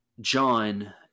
John